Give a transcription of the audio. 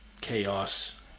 chaos